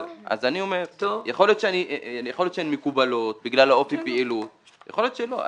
יכול להיות שהן מקובלות בגלל אופי הפעילות ויכול להיות שלא.